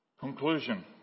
Conclusion